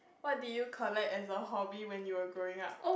what did you collect as a hobby when you were growing up